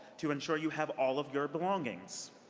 to ensure you have all of your belongings.